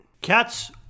Cat's